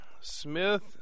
smith